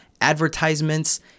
advertisements